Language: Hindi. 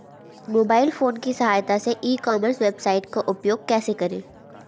मोबाइल फोन की सहायता से ई कॉमर्स वेबसाइट का उपयोग कैसे करें?